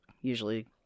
usually